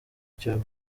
icyo